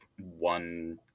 one